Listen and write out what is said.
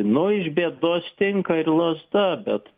nu iš bėdos tinka ir lazda bet